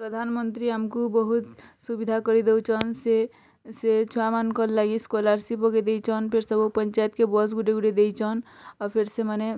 ପ୍ରଧାନମନ୍ତ୍ରୀ ଆମକୁ ବହୁତ୍ ସୁବିଧା କରିଦଉଛନ୍ ସେ ସେ ଛୁଆମାନଙ୍କର୍ ଲାଗି ସ୍କଲାରସିପ୍ ପକେଇ ଦେଇଛନ୍ ଫିର୍ ସବୁ ପଞ୍ଚୟାତ୍ କେ ବସ୍ ଗୋଟେ ଗୋଟେ ଦେଇଛଁନ୍ ଆଉ ଫିର୍ ସେମାନେ